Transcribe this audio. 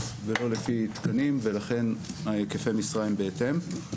ולא לפי תקנים ולכן היקפי המשרה בהתאם.